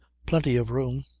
plenty of room.